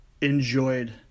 enjoyed